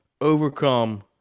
overcome